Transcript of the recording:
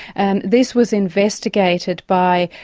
and this was investigated by